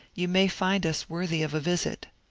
you may find us worthy of a visit.